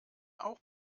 auch